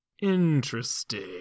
interesting